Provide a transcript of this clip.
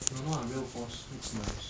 don't know ah Realforce looks nice